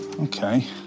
Okay